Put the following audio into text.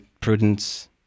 prudence